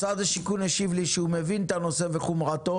משרד השיכון השיב לי שהוא מבין את הנושא וחומרתו